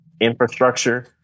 infrastructure